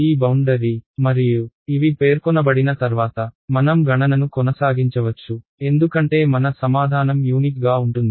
ఈ బౌండరీ మరియు ఇవి పేర్కొనబడిన తర్వాత మనం గణనను కొనసాగించవచ్చు ఎందుకంటే మన సమాధానం యూనిక్ గా ఉంటుంది